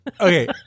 Okay